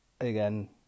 Again